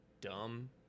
dumb